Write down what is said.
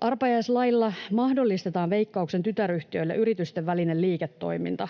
Arpajaislailla mahdollistetaan Veikkauksen tytäryhtiöille yritysten välinen liiketoiminta.